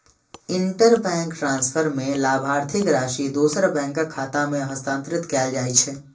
interbank transfer मे लाभार्थीक राशि दोसर बैंकक खाता मे हस्तांतरित कैल जाइ छै